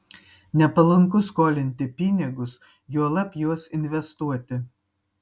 nepalanku skolinti pinigus juolab juos investuoti